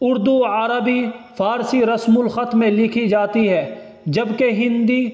اردو عربی فارسی رسم الخط میں لکھی جاتی ہے جبکہ ہندی